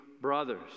brothers